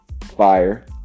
Fire